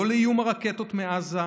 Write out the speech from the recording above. לא לאיום הרקטות מעזה,